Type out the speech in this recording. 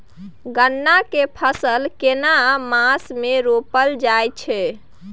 गन्ना के फसल केना मास मे रोपल जायत छै?